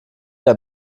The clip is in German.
der